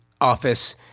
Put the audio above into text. office-